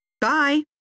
Bye